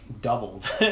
doubled